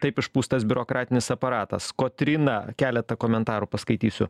taip išpūstas biurokratinis aparatas kotryna keletą komentarų paskaitysiu